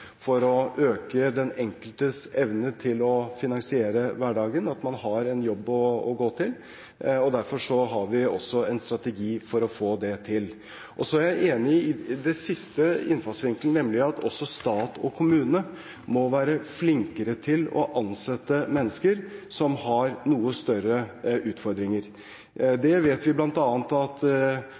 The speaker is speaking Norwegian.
å finansiere hverdagen er at man har en jobb å gå til. Derfor har vi også en strategi for å få det til. Jeg er enig i den siste innfallsvinkelen, nemlig at også stat og kommune må være flinkere til å ansette mennesker som har noe større utfordringer. Det vet vi at